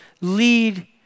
lead